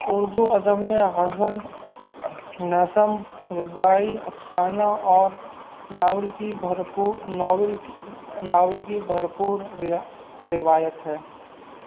اردو ادب میں غزل نظم ربائی افسانہ اور ناول کی بھرپ ناول ناول کی بھرپور روایت ہے